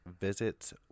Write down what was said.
visits